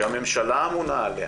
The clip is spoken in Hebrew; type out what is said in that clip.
שהממשלה אמונה עליה